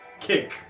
kick